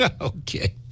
Okay